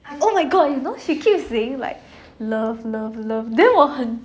oh my god you know she keeps saying like love love love then 我很